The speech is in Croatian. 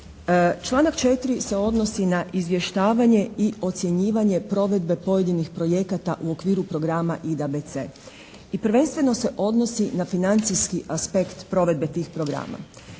Članak 4. se odnosi na izvještavanje i ocjenjivanje provedbe pojedinih projekata u okviru programa IDABC. I prvenstveno se odnosi na financijski aspekt provedbe tih programa.